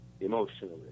emotionally